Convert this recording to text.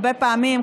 הרבה פעמים,